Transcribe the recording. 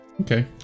Okay